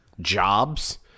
jobs